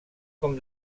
com